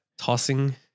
Tossing